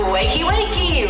Wakey-wakey